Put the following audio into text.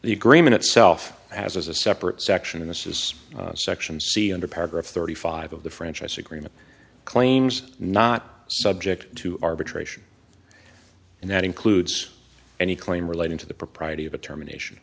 the agreement itself has a separate section in this is section c under paragraph thirty five of the franchise agreement claims not subject to arbitration and that includes any claim relating to the propriety of a termination